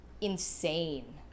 insane